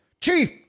Chief